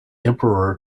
emperor